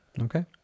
Okay